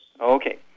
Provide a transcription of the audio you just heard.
Okay